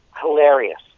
hilarious